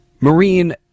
Marine